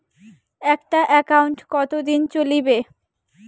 একটা একাউন্ট কতদিন চলিবে?